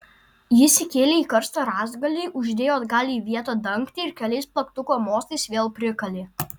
jis įkėlė į karstą rąstgalį uždėjo atgal į vietą dangtį ir keliais plaktuko mostais vėl prikalė